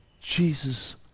Jesus